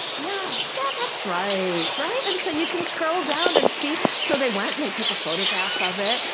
yeah, yeah, that's right, right. and so you can scroll down and see. so they went and they took a photograph of it.